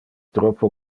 troppo